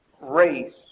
race